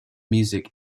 music